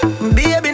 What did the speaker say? Baby